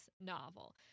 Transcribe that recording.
novel